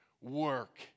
work